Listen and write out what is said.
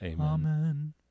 Amen